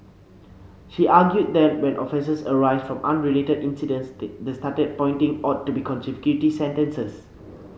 she argued that when offences arise from unrelated incidents the the starting pointing ought to be consecutive sentences